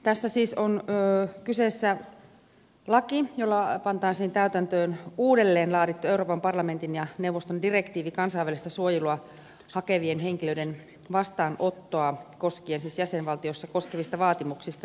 tässä siis on kyseessä laki jolla pantaisiin täytäntöön uudelleenlaadittu euroopan parlamentin ja neuvoston direktiivi kansainvälistä suojelua hakevien henkilöiden vastaanottoa jäsenvaltiossa koskevista vaatimuksista